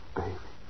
baby